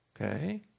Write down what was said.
okay